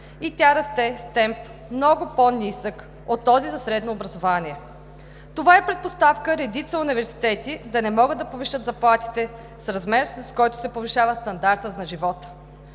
– тя расте с темп много по-нисък от този за средното образование. Това е предпоставка редица университети да не могат да повишат заплатите в размер, с който се повишава стандартът за живот.